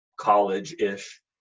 college-ish